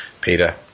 Peter